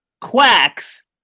quacks